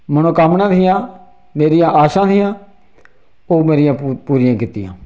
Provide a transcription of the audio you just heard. मनोकामनां हियां मेरियां आशा हियां ओह् मेरियां पूरिया कीतियां